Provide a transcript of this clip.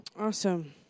Awesome